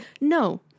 no